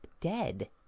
dead